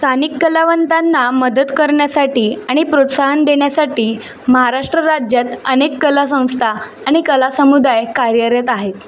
स्थानिक कलावंतांना मदत करण्यासाठी आणि प्रोत्साहन देण्यासाठी महाराष्ट्र राज्यात अनेक कला संस्था आणि कलासमुदाय कार्यरत आहेत